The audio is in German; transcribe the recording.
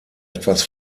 etwas